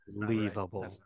unbelievable